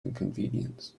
inconvenience